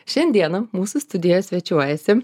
šiandieną mūsų studijoje svečiuojasi